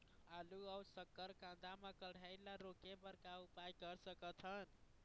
आलू अऊ शक्कर कांदा मा कढ़ाई ला रोके बर का उपाय कर सकथन?